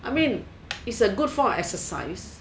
I mean it's a good form of exercise